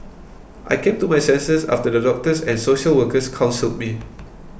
I came to my senses after the doctors and social workers counselled me